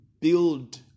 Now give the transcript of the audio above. build